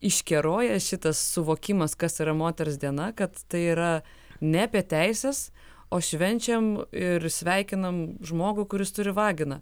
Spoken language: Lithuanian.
iškerojęs šitas suvokimas kas yra moters diena kad tai yra ne apie teises o švenčiam ir sveikinam žmogų kuris turi vaginą